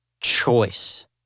choice